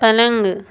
پلنگ